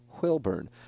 Wilburn